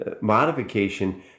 modification